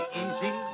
easy